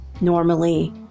normally